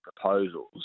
proposals